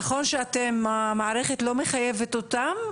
נכון שאתם המערכת לא מחייבת אותם,